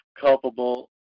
culpable